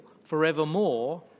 forevermore